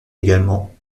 également